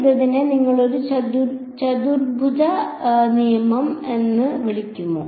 അപ്പോൾ ഞങ്ങൾ ചെയ്തതിനെ നിങ്ങൾ ഒരു ചതുര്ത്ഭുത നിയമം എന്ന് വിളിക്കുമോ